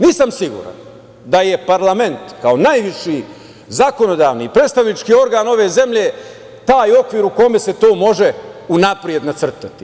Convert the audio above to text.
Nisam siguran da je parlament, kao najviši zakonodavni i predstavnički organ ove zemlje taj okvir u kome se to može unapred nacrtati.